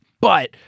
But-